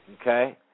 Okay